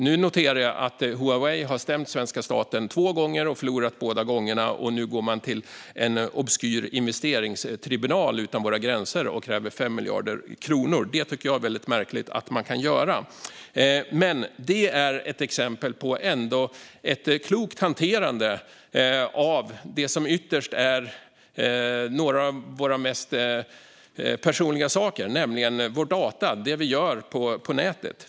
Jag noterar att Huawei har stämt svenska staten två gånger och förlorat båda gångerna, och nu går man till en obskyr investeringstribunal utanför våra gränser och kräver 5 miljarder kronor, vilket jag tycker är väldigt märkligt att man kan göra. Det här är ett exempel på ett klokt hanterande av det som ytterst är något av det mest personliga vi har, nämligen våra data, alltså det vi gör på nätet.